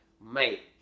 Mate